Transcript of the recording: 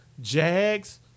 Jags